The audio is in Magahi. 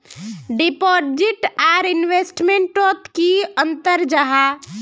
डिपोजिट आर इन्वेस्टमेंट तोत की अंतर जाहा?